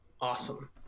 awesome